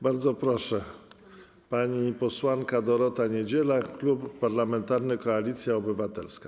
Bardzo proszę, pani posłanka Dorota Niedziela, Klub Parlamentarny Koalicja Obywatelska.